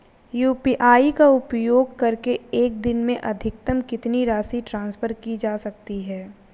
UPI का उपयोग करके एक दिन में अधिकतम कितनी राशि ट्रांसफर की जा सकती है?